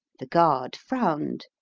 the guard frowned.